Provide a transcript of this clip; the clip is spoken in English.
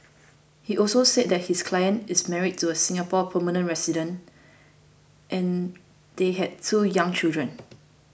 he also said that his client is married to a Singapore permanent resident and they have two young children